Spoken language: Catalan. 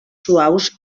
suaus